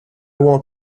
want